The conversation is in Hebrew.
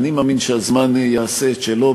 אני מאמין שהזמן יעשה את שלו,